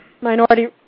Minority